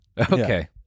Okay